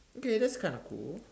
okay that's kinda cool